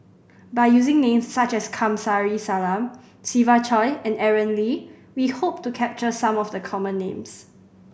by using names such as Kamsari Salam Siva Choy and Aaron Lee we hope to capture some of the common names